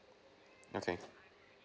okay